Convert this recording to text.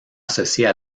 associées